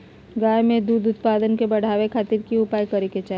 गाय में दूध उत्पादन के बढ़ावे खातिर की उपाय करें कि चाही?